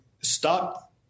stop